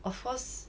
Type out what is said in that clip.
of course